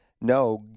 No